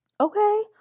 okay